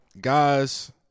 guys